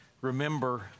remember